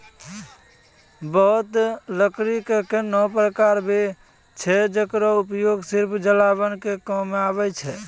बहुत लकड़ी के ऐन्हों प्रकार भी छै जेकरो उपयोग सिर्फ जलावन के काम मॅ आवै छै